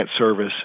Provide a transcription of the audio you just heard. service